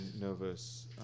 nervous